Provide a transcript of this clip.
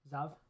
Zav